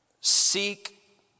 Seek